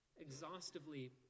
exhaustively